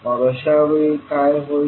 मग अशावेळी काय होईल